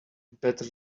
better